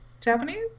Japanese